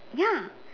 ya